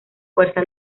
fuerza